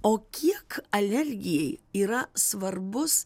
o kiek alergijai yra svarbus